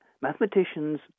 mathematicians